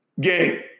Game